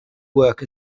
work